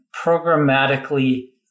programmatically